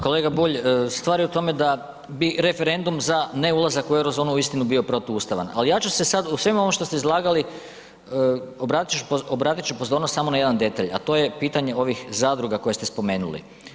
Kolega Bulj, stvar je u tome da bi referendum za ne ulazak u Euro zonu uistinu bio protuustavan ali ja ću se sad u svemu ovome što ste izlagali, obratit ću pozornost samo na jedan detalj a to je pitanje ovih zadruga koje ste spomenuli.